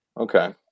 Okay